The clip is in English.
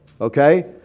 okay